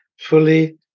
fully